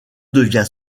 devient